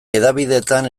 hedabideetan